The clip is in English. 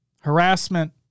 harassment